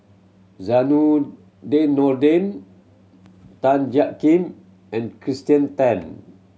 Zainudin Nordin Tan Jiak Kim and Kirsten Tan